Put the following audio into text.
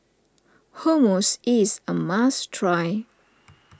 Hummus is a must try